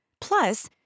Plus